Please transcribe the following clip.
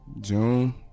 June